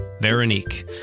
Veronique